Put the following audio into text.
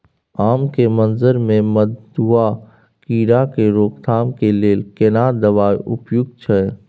आम के मंजर में मधुआ कीरा के रोकथाम के लेल केना दवाई उपयुक्त छै?